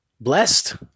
blessed